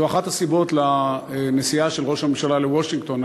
זו אחת הסיבות לנסיעה של ראש הממשלה לוושינגטון.